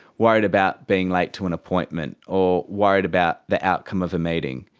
worried about being late to an appointment, or worried about the outcome of a meeting.